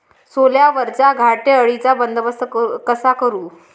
सोल्यावरच्या घाटे अळीचा बंदोबस्त कसा करू?